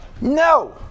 No